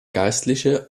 geistliche